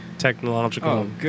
Technological